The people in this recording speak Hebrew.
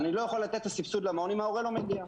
אני לא יכול לתת סבסוד למעון אם ההורה לא מגיע.